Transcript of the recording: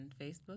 Facebook